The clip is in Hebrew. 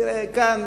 תראה, כאן,